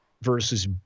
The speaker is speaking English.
versus